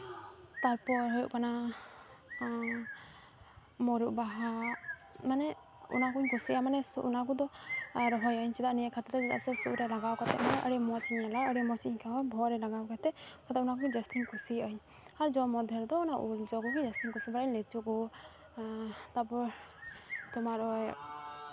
ᱛᱟᱨᱯᱚᱨ ᱦᱩᱭᱩᱜ ᱠᱟᱱᱟ ᱢᱩᱨᱩᱫ ᱵᱟᱦᱟ ᱢᱟᱱᱮ ᱚᱱᱟ ᱠᱚᱧ ᱠᱩᱥᱤᱭᱟᱜᱼᱟ ᱢᱟᱱᱮ ᱚᱱᱟ ᱠᱚᱫᱚ ᱨᱚᱦᱚᱭᱟᱹᱧ ᱪᱮᱫᱟᱜ ᱱᱤᱭᱟᱹ ᱠᱷᱟᱹᱛᱤᱨ ᱪᱮᱫᱟᱜ ᱥᱩᱨ ᱨᱮ ᱞᱟᱜᱟᱣ ᱠᱟᱛᱮᱫ ᱦᱚᱸ ᱟᱹᱰᱤ ᱢᱚᱡᱽ ᱤᱧ ᱧᱮᱞᱟ ᱟᱹᱰᱤ ᱢᱚᱡᱽ ᱤᱧ ᱟᱹᱭᱠᱟᱹᱣᱟ ᱵᱚᱦᱚᱜ ᱨᱮ ᱞᱟᱜᱟᱣ ᱠᱟᱛᱮᱫ ᱟᱫᱚ ᱚᱱᱟ ᱠᱚᱜᱮ ᱡᱟᱹᱥᱛᱤᱧ ᱠᱩᱥᱤᱭᱟᱜ ᱟᱹᱧ ᱟᱨ ᱡᱚᱢ ᱢᱚᱫᱫᱷᱮ ᱨᱮᱫᱚ ᱩᱞ ᱡᱚ ᱠᱚᱜᱮ ᱡᱟᱹᱥᱛᱤᱧ ᱠᱩᱥᱤᱭᱟᱜᱼᱟ ᱞᱤᱪᱩ ᱠᱚ ᱛᱟᱨᱯᱚᱨ ᱛᱳᱢᱟᱨ ᱳᱭ